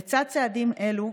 לצד צעדים אלו,